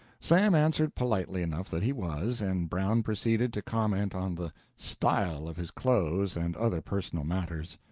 sam answered politely enough that he was, and brown proceeded to comment on the style of his clothes and other personal matters.